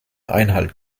einhalt